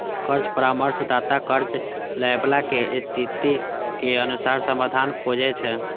कर्ज परामर्शदाता कर्ज लैबला के स्थितिक अनुसार समाधान खोजै छै